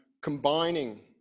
combining